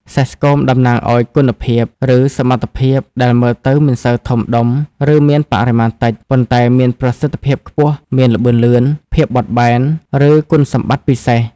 សេះស្គមតំណាងឲ្យ គុណភាព ឬសមត្ថភាពដែលមើលទៅមិនសូវធំដុំ ឬមានបរិមាណតិច ប៉ុន្តែមានប្រសិទ្ធភាពខ្ពស់ មានល្បឿនលឿន ភាពបត់បែន ឬគុណសម្បត្តិពិសេស។